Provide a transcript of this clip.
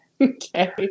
Okay